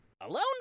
Alone